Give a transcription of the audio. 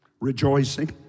rejoicing